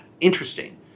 interesting